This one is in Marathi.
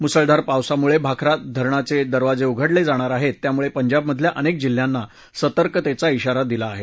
मुसळधार पावसामुळे भाक्रा धरणाचे दरवाजे उघडले जाणार आहेत त्यामुळे पंजाबधल्या अनेक जिल्ह्यांना सतर्कतेच्या इशारा दिला आहे